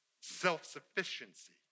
self-sufficiency